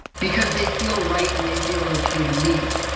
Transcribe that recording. because they feel right and they feel ok to me.